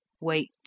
Wait